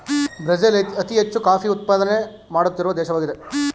Brazil ಅತಿ ಹೆಚ್ಚು coffee ಉತ್ಪಾದನೆ ಮಾಡುತ್ತಿರುವ ದೇಶವಾಗಿದೆ